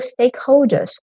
stakeholders